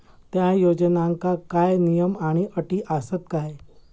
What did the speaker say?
त्या योजनांका काय नियम आणि अटी आसत काय?